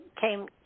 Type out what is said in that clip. came